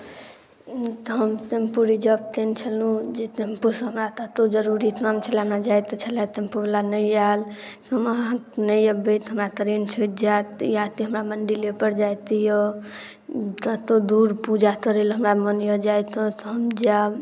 तऽ हम tempo reserve कएने छलहुँ जे टेम्पोसँ हमरा कतहु जरूरी काम छ्लै हमरा जाइके छ्लै टेम्पोवला नहि आएल हम अहाँ नहि आबै तऽ हमरा ट्रेन छुटि जाएत तऽ इएहठाम मन्दिरेपर जाइके अइ कतहु दूर पूजा करैलए हमरा मोनमे जाइके तऽ हम जाएब